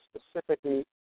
specifically